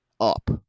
Up